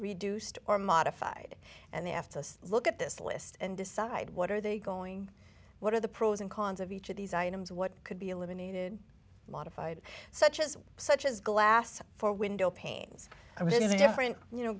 reduced or modified and they have to look at this list and decide what are they going what are the pros and cons of each of these items what could be eliminated modified such as such as glass for window panes i mean anything different you know